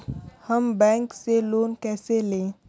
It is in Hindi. हम बैंक से लोन कैसे लें?